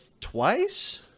twice